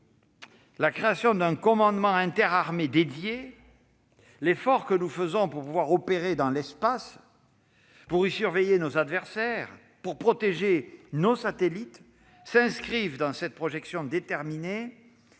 La création d'un commandement interarmées dédié, l'effort que nous faisons pour pouvoir opérer dans l'espace, pour y surveiller nos adversaires, pour protéger nos satellites s'inscrivent dans cette projection déterminée